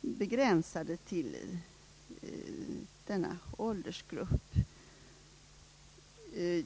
begränsade till denna åldersgrupp.